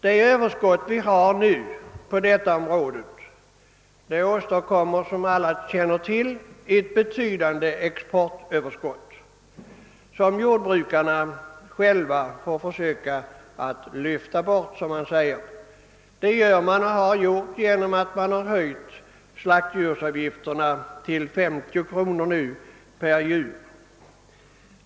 Det överskott vi nu har på detta område åstadkommer, som alla känner till, ett betydande exportöverskott, vilket jordbrukarna själva får försöka lyfta bort, som det heter. Det har man gjort genom att slaktdjursavgiften höjts till 50 kronor per djur.